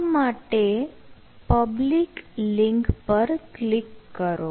આ માટે public link પર ક્લિક કરો